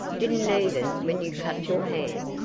didn't even when you cut your hand.